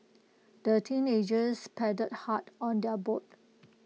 the teenagers paddled hard on their boat